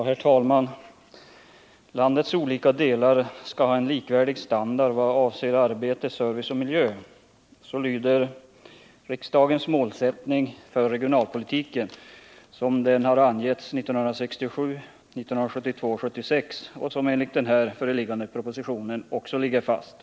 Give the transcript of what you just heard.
Herr talman! Landets olika delar skall ha en likvärdig standard vad avser arbete, service och miljö. Så lyder riksdagens målsättning för regionalpolitiken som den har angetts i beslut 1967, 1972 och 1976, och den målsättningen ligger fast enligt den nu föreliggande propositionen.